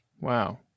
Wow